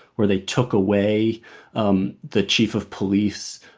where they took away um the chief of police,